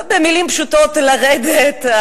במלים פשוטות לרדת,